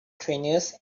trainers